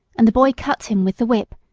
and the boy cut him with the whip,